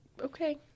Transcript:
Okay